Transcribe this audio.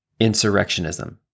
Insurrectionism